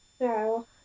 No